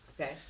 Okay